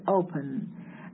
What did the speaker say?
open